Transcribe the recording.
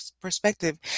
perspective